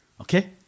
Okay